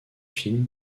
film